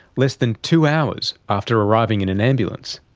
less than two hours after arriving in an ambulance,